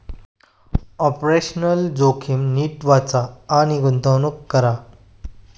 operational जोखीम नीट वाचा आणि गुंतवणूक करा